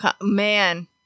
Man